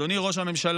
אדוני ראש הממשלה,